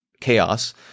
chaos